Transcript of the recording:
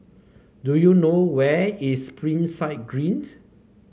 do you know where is Springside Green